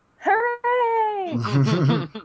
Hooray